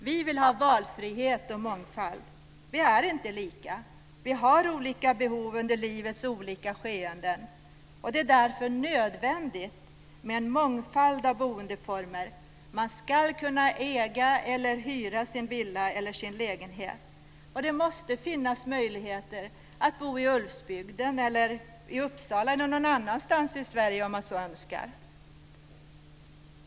Vi vill ha valfrihet och mångfald. Vi är inte lika. Vi har olika behov under livets olika skeden. Det är därför nödvändigt med en mångfald av boendeformer. Man ska kunna äga eller hyra sin villa eller lägenhet. Det måste finnas möjligheter att bo i Ulvsbygden, i Uppsala eller någon annanstans i Sverige. Fru talman!